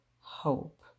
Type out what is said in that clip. hope